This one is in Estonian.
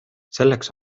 selleks